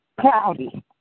cloudy